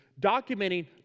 documenting